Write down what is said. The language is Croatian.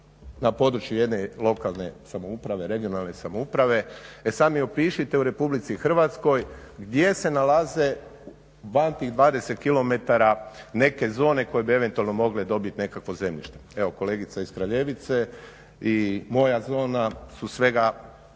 na području jedne lokalne samouprave, regionalne samouprave. E sad mi opišite u RH gdje se nalaze van tih 20 km neke zone koje bi eventualno mogle dobiti nekakvo zemljište? Evo kolegica iz Kraljevice i moja zona su svega